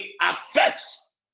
affects